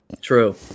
True